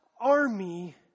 army